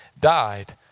died